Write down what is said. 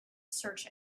search